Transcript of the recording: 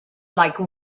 like